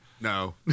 no